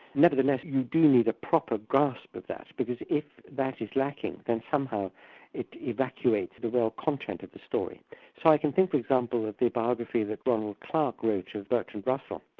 nevertheless, you do need a proper grasp of that, because if that is lacking then somehow it evacuates the real content of the story. so i can think, for example, of the biography that ronald clark wrote of bertrand russell.